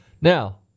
Now